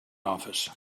office